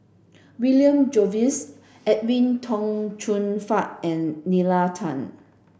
William Jervois Edwin Tong Chun Fai and Nalla Tan